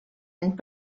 and